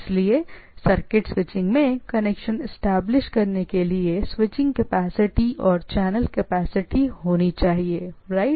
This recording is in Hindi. इसलिए सर्किट स्विचिंग में कनेक्शन एस्टेब्लिश करने के लिए स्विचिंग कैपेसिटी और चैनल कैपेसिटी होनी चाहिए राइट